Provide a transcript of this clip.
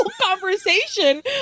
conversation